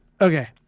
Okay